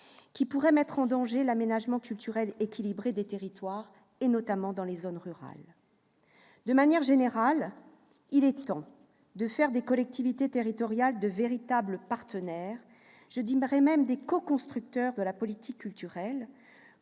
qui pourrait mettre en danger l'aménagement culturel équilibré des territoires, notamment dans les zones rurales. De manière générale, il est temps de faire des collectivités territoriales de véritables partenaires et même des coconstructeurs de la politique culturelle,